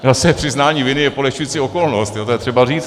Zase přiznání viny je polehčující okolnost, to je třeba říct.